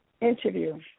interview